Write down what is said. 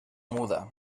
muda